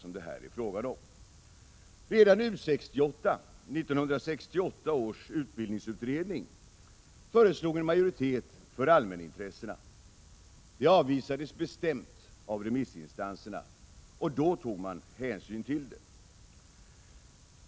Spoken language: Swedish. Redan U 68-1968 års utbildningsutredning—- föreslog en majoritet för allmänintressena. Det avvisades bestämt av remissinstanserna. Då tog man hänsyn till det.